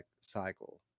cycle